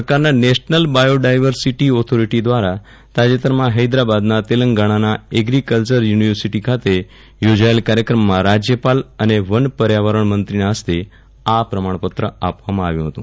ભારત સરકારના national biodiversity authority દ્વારા તાજેતરમાં હૈક્રાબાદના તેલંગાણાના એગ્રીકલ્ચર યુનિવર્સીટી ખાતે યોજાયેલ કાર્યક્રમમાં રાજ્યપાલ અને વનપર્યાવરણ મંત્રીના હસ્તે આ પ્રમાણપત્ર આપવામાં આવ્યું હતું